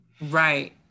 Right